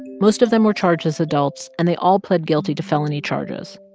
most of them were charged as adults. and they all pled guilty to felony charges.